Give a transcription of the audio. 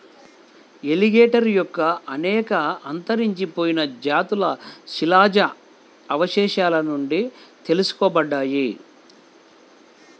alligator యొక్క అనేక అంతరించిపోయిన జాతులు శిలాజ అవశేషాల నుండి తెలుసుకోబడ్డాయి